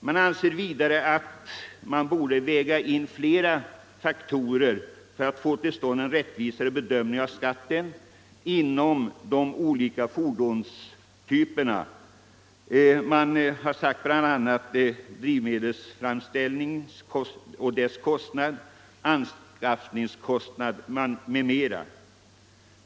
Man anser vidare att flera faktorer borde vägas in för att få till stånd en rättvisare bedömning av skatten för de olika fordonstyperna. Man nämner drivmedlets framställningskostnad, fordonstypens anskaffningskostnad m.m.